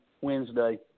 Wednesday